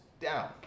down